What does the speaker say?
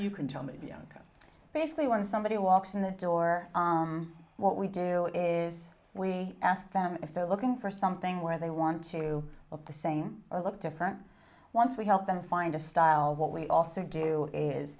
you can tell me basically when somebody walks in the door what we do is we ask them if they're looking for something where they want to of the same or look different once we help them find a style what we also do is